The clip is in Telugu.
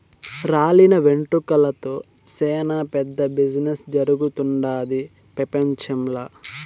రాలిన వెంట్రుకలతో సేనా పెద్ద బిజినెస్ జరుగుతుండాది పెపంచంల